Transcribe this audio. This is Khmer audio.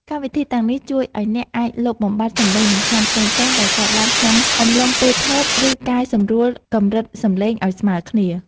កម្មវិធីទាំងនេះជួយឱ្យអ្នកអាចលុបបំបាត់សំឡេងរំខានផ្សេងៗដែលកើតឡើងក្នុងអំឡុងពេលថត ឬកែសម្រួលកម្រិតសំឡេងឱ្យស្មើគ្នា។